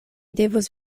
devus